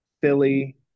Philly